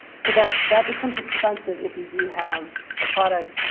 so that that becomes expensive if you do have a product.